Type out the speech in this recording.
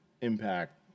impact